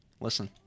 Listen